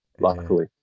luckily